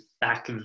back